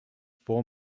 four